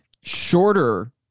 shorter